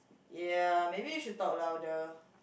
ya maybe you should talk louder